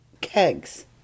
kegs